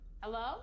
Hello